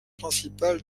principal